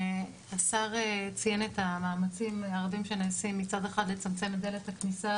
השר ציין את המאמצים הרבים שנעשים מצד אחד לצמצם את דלת הכניסה